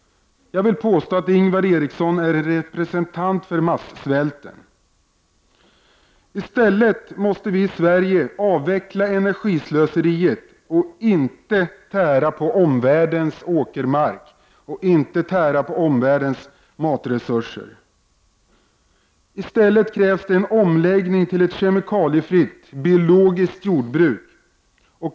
Jag vill påstå att Ingvar Eriksson är representant för masssvälten. I stället måste vi i Sverige avveckla energislöseriet och inte tära på omvärldens åkermark och matresurser. I stället krävs en omläggning till ett kemikaliefritt, biologiskt jordbruk.